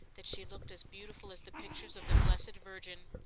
that she looked as beautiful as the pictures of the blessed virgin.